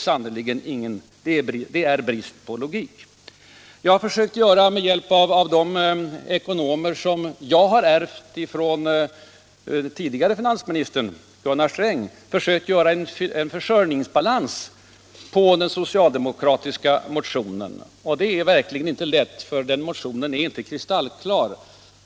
Detta är brist på logik och på förnuft. Med hjälp av de ekonomer som jag ”ärvt” från den tidigare finansministern Gunnar Sträng har jag försökt göra en försörjningsbalans på den socialdemokratiska motionen. Det är verkligen inte lätt, för motionen är inte kristallklar.